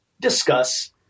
discuss